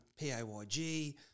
PAYG